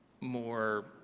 more